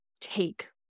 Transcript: take